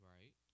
Right